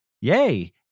yay